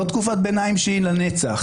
לא תקופת ביניים שהיא לנצח.